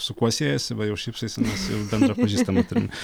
su kuo siejasi va jau šypsaisi nes jau bendrą pažįstamą turim